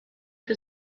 für